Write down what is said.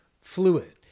fluid